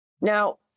Now